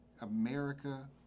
America